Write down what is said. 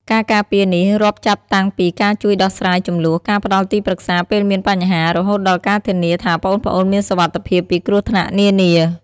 ការការពារនេះរាប់ចាប់តាំងពីការជួយដោះស្រាយជម្លោះ ការផ្ដល់ទីប្រឹក្សាពេលមានបញ្ហា រហូតដល់ការធានាថាប្អូនៗមានសុវត្ថិភាពពីគ្រោះថ្នាក់នានា។